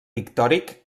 pictòric